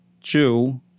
Jew